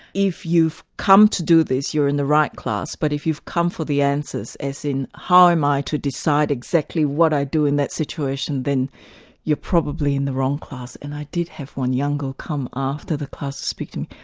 if you've come to do this, you're in the right class, but if you've come for the answers, as in, how am i to decide exactly what i do in that situation, then you're probably in the wrong class. and i did have one young girl come after the class to speak to me.